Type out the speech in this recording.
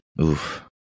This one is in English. Oof